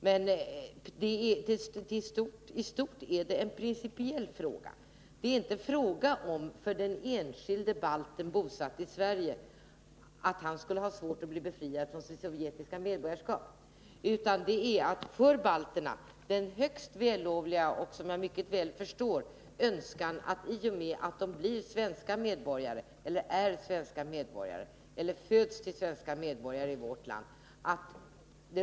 Det här är emellertid i stort en principiell fråga. Det är inte fråga om att den enskilde balten, bosatt i Sverige, skulle ha svårt att bli befriad från sitt sovjetiska medborgarskap. Det gäller balternas högst vällovliga önskan — och den förstår jag mycket väl — att det sovjetiska medborgarskapet automatiskt skall upphöra i och med att de blir svenska medborgare, är svenska medborgare eller föds till svenska medborgare i vårt land.